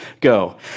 Go